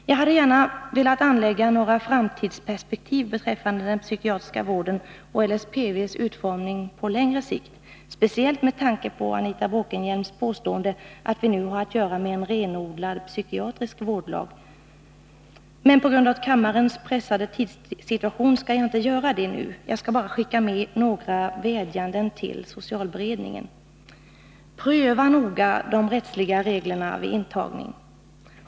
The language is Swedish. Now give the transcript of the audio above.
Jag hade gärna velat ta upp några framtidsperspektiv beträffande den psykiatriska vården och LSPV:s utformning på längre sikt, speciellt med tanke på Anita Bråkenhielms påstående att vi nu har att göra med en renodlad psykiatrisk vårdlag. Men på grund av kammarens pressade tidssituation skall jag inte göra det nu. Jag skall bara skicka med några vädjanden till socialberedningen. Pröva noga de rättsliga reglerna vid intagning!